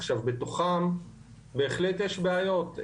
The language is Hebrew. עכשיו בתוכם בהחלט יש בעיות.